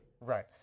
Right